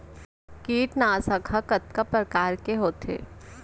कीटनाशक ह कतका प्रकार के होथे?